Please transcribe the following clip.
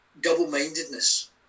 double-mindedness